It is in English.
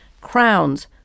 crowns